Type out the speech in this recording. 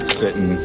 sitting